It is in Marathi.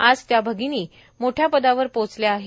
आज त्या भगिनी मोठ्या पदावर पोहोचल्या आहेत